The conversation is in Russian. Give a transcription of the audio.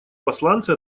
посланцы